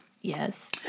Yes